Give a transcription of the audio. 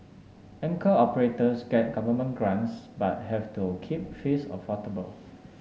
anchor operators get government grants but have to keep fees affordable